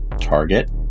target